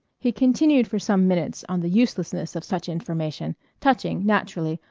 he continued for some minutes on the uselessness of such information, touching, naturally,